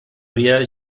via